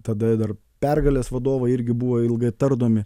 tada dar pergalės vadovai irgi buvo ilgai tardomi